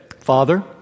Father